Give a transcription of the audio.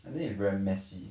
and then you very messy